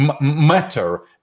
matter